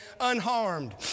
unharmed